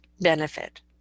benefit